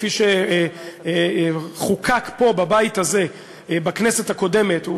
כפי שחוקק פה בבית הזה בכנסת הקודמת,